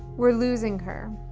we're losing her.